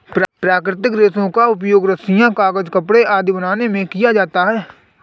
प्राकृतिक रेशों का प्रयोग रस्सियॉँ, कागज़, कपड़े आदि बनाने में किया जाता है